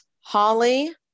Holly